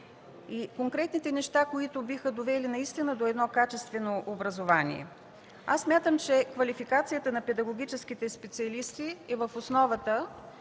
на конкретните неща в закона, които биха довели до едно качествено образование. Мисля, че квалификацията на педагогическите специалисти е в основата